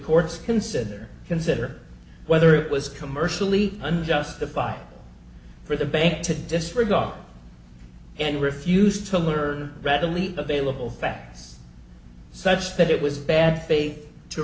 courts consider consider whether it was commercially unjustified for the bank to disregard and refused to learn readily available facts such that it was bad